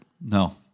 No